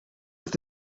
with